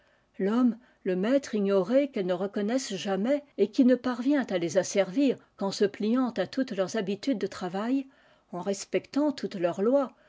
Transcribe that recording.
l'homme le maître ignoré qu'elles ne reconnaissent jamais et qui ne parvient à les asser virquen se pliant à toutes leurs habitudes de travail en respectant toutes leurs lois